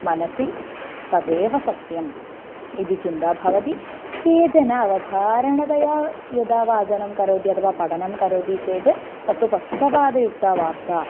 मनसि तदेव सत्यम् इति चिन्ता भवति केचन अवधारणतया यदा वाचनं करोति अथवा पठनं करोति चेत् तत्तु पक्षपातयुक्ता वार्ता